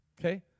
Okay